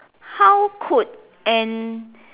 how could an